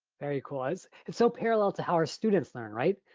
very cause, it's so parallel to how our students learn, right?